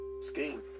scheme